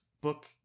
book